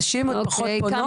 נשים פחות פונות.